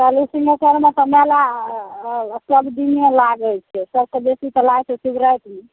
खाली सिँहेश्वरमे तऽ मेला सबदिन लागै छै सबसे बेसी तऽ लागै छै शिवरातिमे